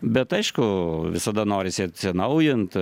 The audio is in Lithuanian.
bet aišku visada norisi atsinaujint